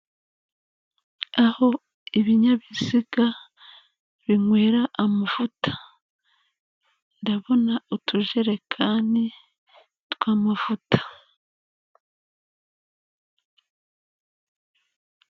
Aho ibinyabiziga binywera amavuta. Ndabona utujerekani tw'amavuta.